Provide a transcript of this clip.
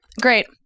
Great